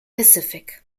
pacific